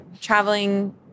traveling